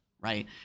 right